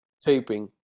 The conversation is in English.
taping